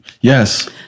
Yes